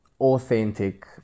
authentic